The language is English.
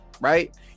right